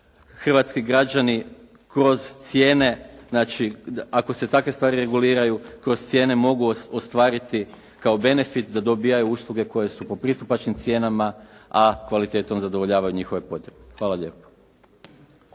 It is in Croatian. hrvatski građani kroz cijene, znači ako se takve stvar reguliraju, kroz cijene mogu ostvariti kao benefit da dobijaju usluge koje su po pristupačnim cijenama, a kvalitetom zadovoljavaju njihove potrebe. Hvala lijepo.